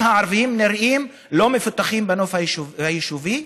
היישובים הערביים נראים לא מפותחים בנוף היישובי,